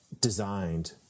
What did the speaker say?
designed